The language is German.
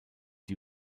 die